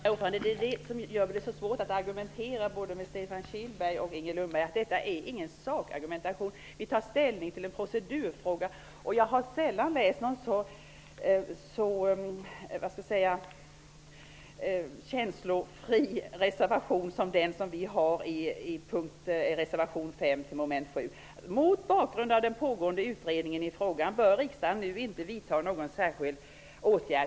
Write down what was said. Herr talman! Det som gör det så svårt att argumentera med både Stefan Kihlberg och Inger Lundberg är just att det inte är fråga om en sakargumentation. Vi tar ställning i en procedurfråga. Jag har sällan läst en så känslofri reservation som reservation 5 avseende mom. 7. Där sägs det: ''Mot bakgrund av den pågående utredningen i frågan bör riksdagen nu inte vidta någon särskild åtgärd.''